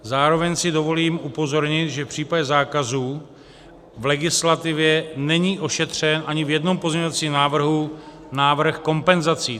Zároveň si dovolím upozornit, že v případě zákazu v legislativě není ošetřen ani v jednom pozměňovacím návrhu návrh kompenzací.